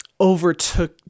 overtook